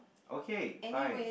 okay fine